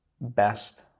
best